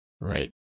right